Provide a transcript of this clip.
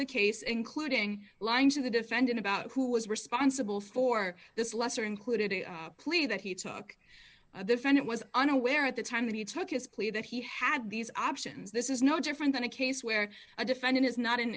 the case including lying to the defendant about who was responsible for this lesser included a plea that he took the fund it was unaware at the time that he took his plea that he had these options this is no different than a case where a defendant is not